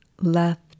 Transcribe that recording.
left